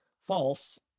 false